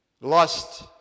Lust